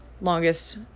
longest